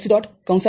z x